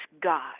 God